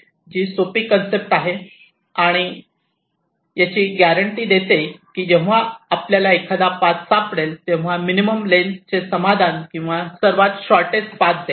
जी सोपी कन्सेप्ट आहे आणि याची गॅरंटी देते की जेव्हा आपल्याला एखादे पाथ सापडेल तेव्हा मिनिमम लेन्थ चे समाधान किंवा सर्वात शॉर्टटेस्ट पाथ देईल